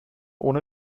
ohne